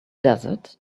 desert